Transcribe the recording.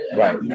right